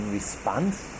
response